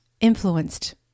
influenced